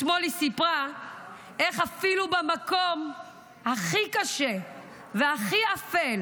אתמול היא סיפרה איך אפילו במקום הכי קשה והכי אפל,